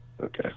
Okay